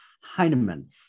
Heinemann